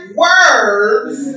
words